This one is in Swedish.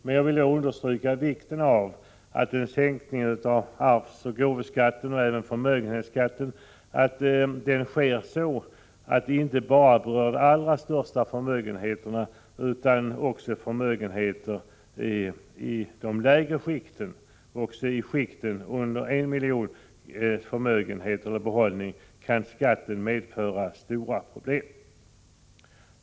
Men jag vill då understryka vikten av att en sänkning av arvs-, gåvooch även förmögenhetsskatten sker, så att den inte berör bara de allra största förmögenheterna utan också förmögenheter i lägre skikt. Också i skikten under 1 milj.kr. kan skatten medföra stora problem.